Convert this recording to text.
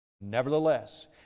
Nevertheless